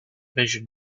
vision